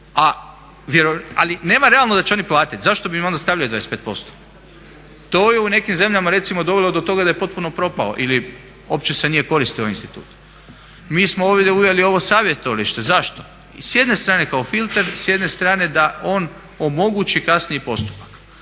Ali nema realno da će oni platiti, zašto bi im onda stavljali 25%? To je u nekim zemljama recimo dovelo do toga da je potpuno propao ili uopće se nije koristio ovaj institut. Mi smo ovdje uveli ovo savjetovalište. Zašto? S jedne strane kao filter, s jedne strane da on omogući kasniji postupak.